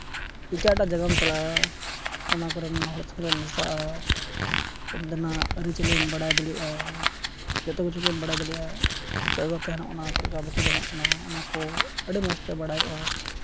ᱮᱴᱟᱜ ᱮᱴᱟᱜ ᱡᱟᱭᱜᱟᱢ ᱪᱟᱞᱟᱜᱼᱟ ᱚᱱᱟ ᱠᱚᱨᱮᱱ ᱦᱚᱲ ᱥᱮᱸᱜᱮᱢ ᱢᱮᱥᱟᱜᱼᱟ ᱚᱱᱛᱮᱱᱟᱜ ᱟᱹᱨᱤᱪᱟᱹᱞᱤᱢ ᱵᱟᱰᱟᱭ ᱫᱟᱲᱮᱭᱟᱜᱼᱟ ᱡᱚᱛᱚᱠᱤᱪᱷᱩ ᱜᱮᱢ ᱵᱟᱰᱟᱭ ᱫᱟᱲᱮᱭᱟᱜᱼᱟ ᱪᱮᱫᱞᱮᱠᱟ ᱠᱚ ᱛᱟᱦᱮᱱᱚᱜᱼᱟ ᱪᱮᱫ ᱞᱮᱠᱟ ᱵᱟᱠᱚ ᱛᱟᱦᱮᱱᱟ ᱚᱱᱟ ᱚᱱᱟᱠᱚ ᱟᱹᱰᱤ ᱢᱚᱡᱽ ᱛᱮ ᱵᱟᱰᱟᱭᱚᱜᱼᱟ